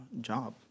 job